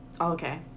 okay